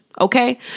Okay